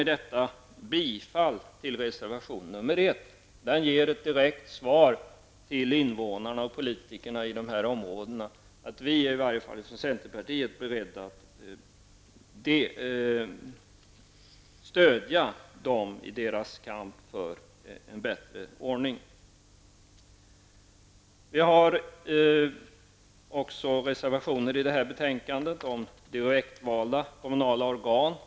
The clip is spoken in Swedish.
Med detta yrkar jag bifall till reservation nr 1. Den ger ett direkt svar till invånarna och politikerna i dessa områden om att i varje fall vi från centerpartiet är beredda att stödja dem i deras kamp för en bättre ordning. Vi har i detta betänkande också reservationer om direktvalda kommunala organ.